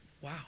wow